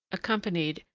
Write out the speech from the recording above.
accompanied,